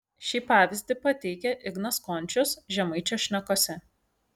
šį pavyzdį pateikia ignas končius žemaičio šnekose